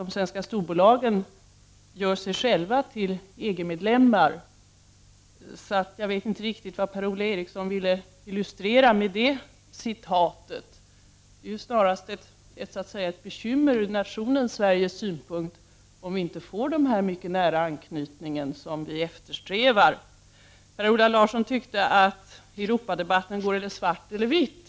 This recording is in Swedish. De svenska storbolagen gör sig faktiskt själva till EG-medlemmar. Därför vet jag inte riktigt vad Per-Ola Eriksson ville illustrera med den hänvisningen. Det är ju snarast ett bekymmer ur den svenska nationens synpunkt om vi inte får den mycket nära anknytning som vi eftersträvar. Per-Ola Eriksson tyckte att Europadebatten går i svart eller vitt.